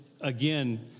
again